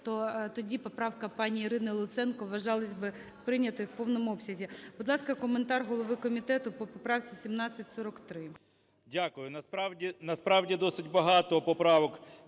тоді поправка пані Ірини Луценко вважалася б прийнятою у повному обсязі. Будь ласка, коментар голови комітету по поправці 1743.